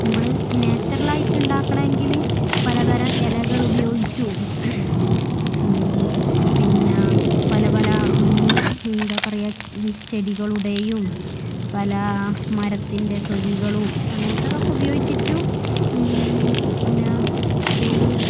നമ്മൾ നാച്ചുറൽ ആയിട്ട് ഉണ്ടാക്കണമെങ്കിൽ പല തരം ഇലകൾ ഉപയോഗിച്ചും പിന്നെ പല പല എന്താ പറയുക ചെടികളുടെയും പല മരത്തിൻ്റെ തൊലികളും അങ്ങനത്തതൊക്കെ ഉപയോഗിച്ചിട്ടും പിന്നെ പെയിൻറിംങ്